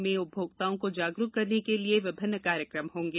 इस दिन जिले में उपभोक्ताओं को जागरूक करने के लिये विभिन्न कार्यक्रम होंगे